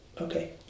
okay